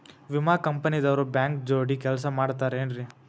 ವಿಮಾ ಕಂಪನಿ ದವ್ರು ಬ್ಯಾಂಕ ಜೋಡಿ ಕೆಲ್ಸ ಮಾಡತಾರೆನ್ರಿ?